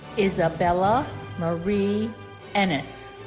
isabella marie ennis